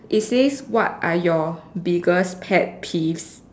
it says what are your biggest pet peeves